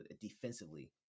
defensively